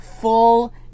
full